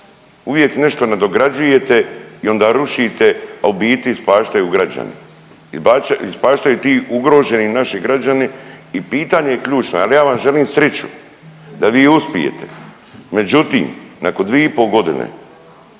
Uvijek nešto nadograđujete i onda rušite, a u biti ispaštaju građani. Ispaštaju ti ugroženi naši građani i pitanje je ključno. Ali ja vam želim sriću da vi uspijete. Međutim nakon dvije i pol godine